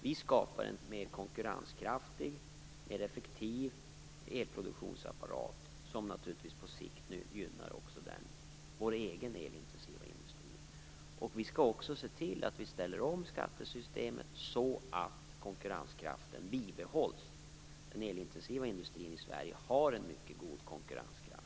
Vi skapar en mer konkurrenskraftig, effektiv, elproduktionsapparat. Det gynnar på sikt naturligtvis också vår egen elintensiva industri. Vi skall också se till att vi ställer om skattesystemet så att konkurrenskraften bibehålls. Den elintensiva industrin i Sverige har en mycket god konkurrenskraft.